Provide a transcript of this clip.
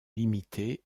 limité